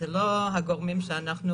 אלה לא הגורמים שאנחנו